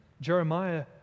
Jeremiah